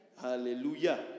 Hallelujah